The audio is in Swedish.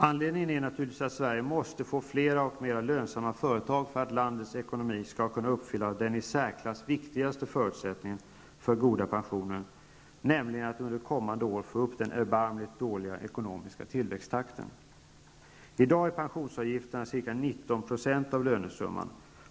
Anledningen är naturligtvis att Sverige måste få fler och mer lönsamma företag för att landets ekonomi skall kunna uppfylla den i särklass viktigaste förutsättningen för goda pensioner, nämligen att under kommande år få upp den erbarmligt dåliga ekonomiska tillväxttakten. I dag är pensionsavgifterna ca 19 % av lönesumman.